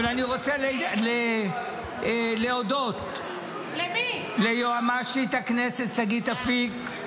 אבל אני רוצה להודות ליועמ"שית הכנסת שגית אפיק,